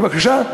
בבקשה,